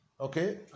Okay